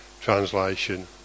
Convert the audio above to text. translation